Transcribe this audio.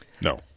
No